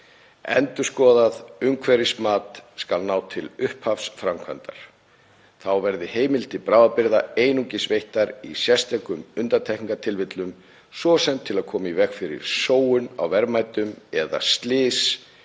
Endurskoðað umhverfismat skal ná til upphafs framkvæmdar. Þá verði heimildir til bráðabirgða einungis veittar í sérstökum undantekningartilvikum, svo sem til að koma í veg fyrir sóun á verðmætum eða slys